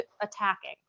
attacking